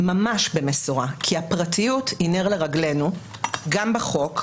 כי הפרטיות היא נר לרגלנו גם בחוק,